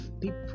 people